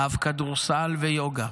אהב כדורסל ויוגה,